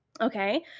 Okay